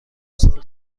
سال